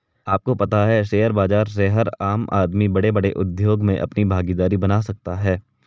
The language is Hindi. आपको पता है शेयर बाज़ार से हर आम आदमी बडे़ बडे़ उद्योग मे अपनी भागिदारी बना सकता है?